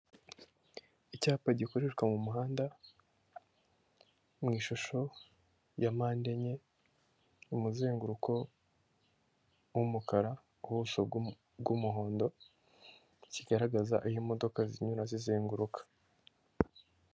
Icyapa gikoreshwa mu muhanda mu ishusho ya mpande enye umuzenguruko w'umukara ubuso bw'umuhondo kigaragaza aho imodoka zinyura zizenguruka.